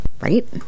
Right